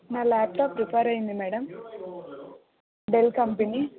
నా laptop repair అయ్యింది madam Dell company